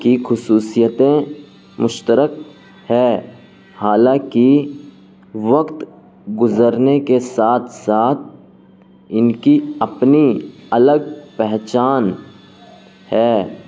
کی خصوصیتیں مشترک ہے حالانکہ وقت گزرنے کے ساتھ ساتھ ان کی اپنی الگ پہچان ہے